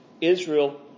Israel